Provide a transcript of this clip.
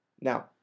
Now